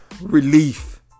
relief